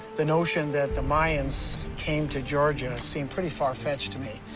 the notion that the mayans came to georgia seemed pretty far-fetched to me,